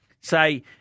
Say